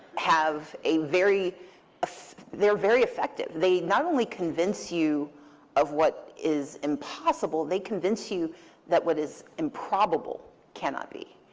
have a very ah they're very effective. they not only convince you of what is impossible. they convince you that what is improbable cannot be.